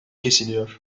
kesiliyor